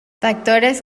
factores